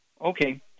Okay